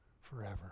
forever